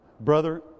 Brother